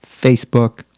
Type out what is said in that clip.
Facebook